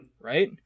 Right